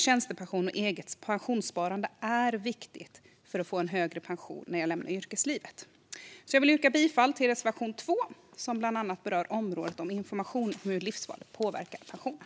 Tjänstepension och eget pensionssparande är viktigt för att få en högre pension när jag lämnar yrkeslivet. Jag yrkar bifall till reservation 2, som bland annat berör information om hur livsvalen påverkar pensionen.